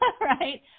right